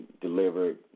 delivered